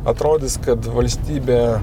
atrodys kad valstybė